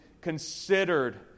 considered